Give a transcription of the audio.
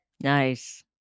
Nice